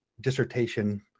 dissertation